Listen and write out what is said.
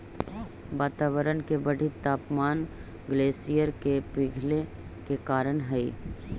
वातावरण के बढ़ित तापमान ग्लेशियर के पिघले के कारण हई